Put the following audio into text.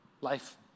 life